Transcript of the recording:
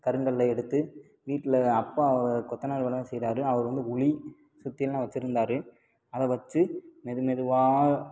கருங்கல்லில் எடுத்து வீட்டில் அப்பா கொத்தனார் வேலை தான் செய்கிறாரு அவர் வந்து உளி சுத்தியெல்லாம் வச்சுருந்தாரு அதை வச்சு மெது மெதுவாக